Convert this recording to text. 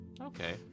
okay